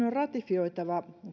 on ratifioitava